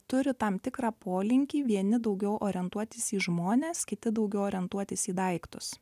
turi tam tikrą polinkį vieni daugiau orientuotis į žmones kiti daugiau orientuotis į daiktus